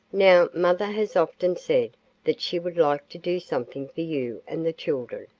now, mother has often said that she would like to do something for you and the children,